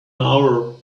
hour